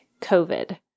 COVID